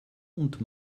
und